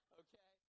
okay